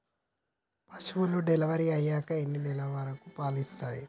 పశువులు డెలివరీ అయ్యాక ఎన్ని నెలల వరకు పాలు ఇస్తాయి?